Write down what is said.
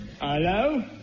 Hello